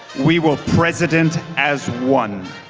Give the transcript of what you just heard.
we will president as one.